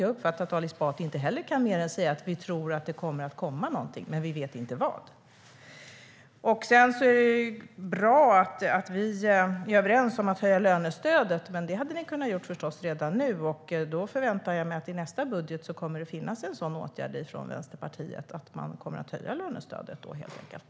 Jag uppfattar att Ali Esbati inte heller kan säga mer än att han tror att det kommer att komma något men han vet inte vad. Det är bra att vi är överens om att höja lönestödet. Ni kunde förstås redan ha gjort det, men nu förväntar jag mig att Vänsterpartiet vidtar en åtgärd i nästa budget för att höja lönestödet.